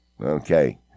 Okay